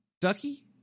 Ducky